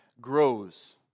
grows